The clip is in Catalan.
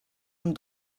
amb